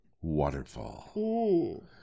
waterfall